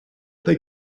they